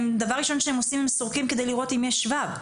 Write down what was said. דבר ראשון סורקים כדי לראות אם יש שבב.